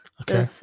Okay